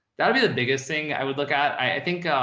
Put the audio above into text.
that'd be the biggest thing i would look at, i think,